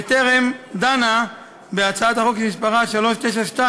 וטרם דנה בהצעת החוק שמספרה 392,